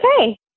okay